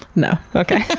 no. okay.